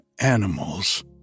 animals